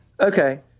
okay